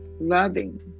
loving